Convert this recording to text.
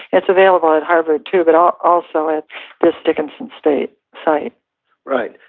it's available at harvard too, but um also at the dickinson state site right.